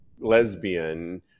lesbian